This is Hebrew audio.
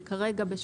וכרגע,